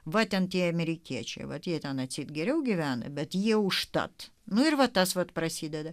va ten tie amerikiečiai vat jie ten atseit geriau gyvena bet jie užtat nu ir va tas vat prasideda